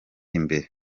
imbere